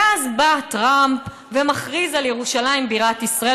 ואז בא טראמפ ומכריז על ירושלים בירת ישראל,